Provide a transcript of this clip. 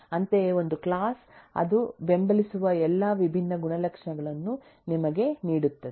ಅಂತೆಯೇ ಒಂದು ಕ್ಲಾಸ್ ಅದು ಬೆಂಬಲಿಸುವ ಎಲ್ಲಾ ವಿಭಿನ್ನ ಗುಣಲಕ್ಷಣಗಳನ್ನು ನಮಗೆ ನೀಡುತ್ತದೆ